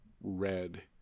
red